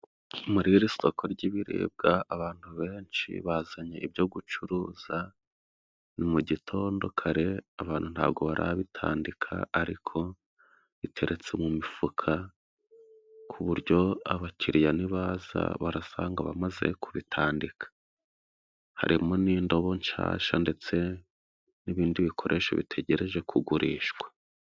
Muri iri soko ry'ibiribwa abantu benshi bazanye ibyo gucuruza ni mu gitondo kare . Abantu ntabwo barabitandika ariko biteretse mu mifuka ku buryo abakiriya nibaza barasanga bamaze kubitandika. Harimo n'indobo nshyashya ,ndetse n'ibindi bikoresho bitegereje kugurishwa.